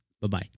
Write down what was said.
Bye-bye